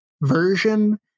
version